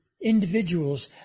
individuals